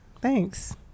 thanks